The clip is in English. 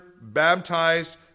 baptized